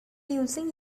using